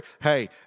hey